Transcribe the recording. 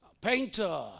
painter